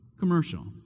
commercial